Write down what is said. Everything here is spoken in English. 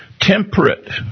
Temperate